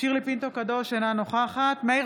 שירלי פינטו קדוש, אינה נוכחת מאיר